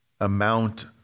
amount